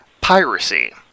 piracy